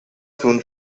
soon